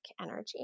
energy